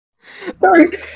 Sorry